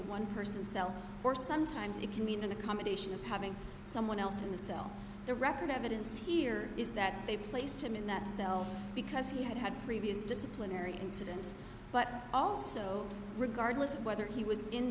one person cell or sometimes it can mean a combination of having someone else in the cell the record evidence here is that they placed him in that cell because he had had previous disciplinary incidents but also regardless of whether he was in